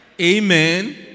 Amen